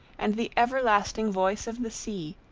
and the everlasting voice of the sea,